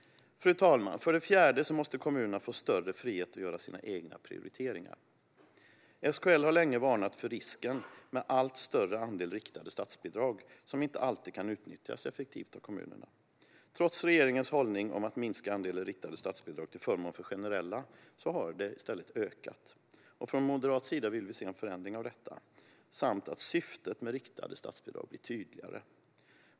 Fru talman! För det fjärde måste kommunerna få större frihet att göra sina egna prioriteringar. SKL har länge varnat för risken med en allt större andel riktade statsbidrag som inte alltid kan utnyttjas effektivt av kommunerna. Trots regeringens hållning att minska andelen riktade statsbidrag till förmån för generella statsbidrag har de i stället ökat. Från moderat sida vill vi se en förändring av detta. Vi vill också att syftet med riktade statsbidrag blir tydligare.